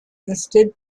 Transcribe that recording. listed